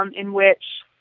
um in which